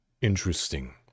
interesting